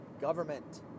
government